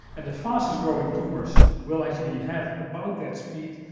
and the fastest-growing tumors will actually have about that speed,